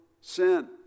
sin